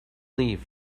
leave